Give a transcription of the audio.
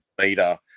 meter